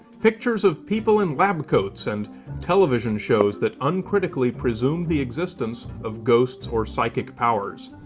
pictures of people in lab coats, and television shows that uncritically presume the existence of ghosts or psychic powers.